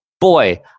boy